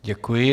Děkuji.